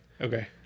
Okay